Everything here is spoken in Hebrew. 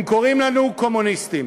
הם קוראים לנו קומוניסטים.